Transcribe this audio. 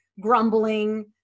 grumbling